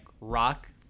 rock